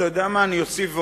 אתה יודע מה, אני אוסיף ואומר,